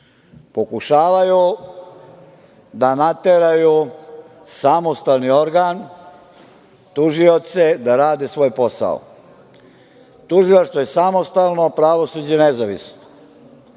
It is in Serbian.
Pokušavaju da nateraju samostalni organ, tužioce da rade svoj posao. Tužilaštvo je samostalno, a pravosuđe nezavisno.